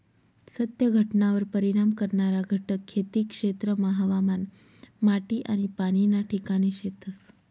सत्य घटनावर परिणाम करणारा घटक खेती क्षेत्रमा हवामान, माटी आनी पाणी ना ठिकाणे शेतस